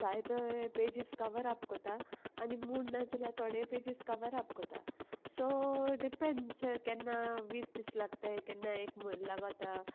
जायतो pages cover आप कोत्तां आनी मुड ना जाल्यार थोडे पेजीस कवर आप सो डिपेंड्स केन्ना वीस दीस लागताय केन्ना एक म्हयनो लागोता